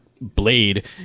Blade